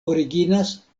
originas